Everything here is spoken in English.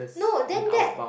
no then that